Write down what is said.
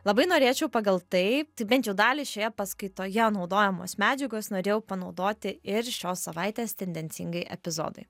labai norėčiau pagal tai tai bent jau dalį šioje paskaitoje naudojamos medžiagos norėjau panaudoti ir šios savaitės tendencingai epizodui